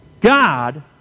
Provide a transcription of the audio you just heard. God